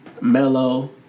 Mellow